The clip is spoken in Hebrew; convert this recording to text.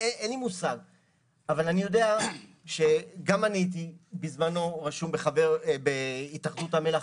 אבל אני יודע שגם אני הייתי בזמנו רשום כחבר בהתאחדות המלאכה.